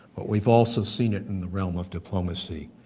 but we've also seen it in the realm of diplomacy,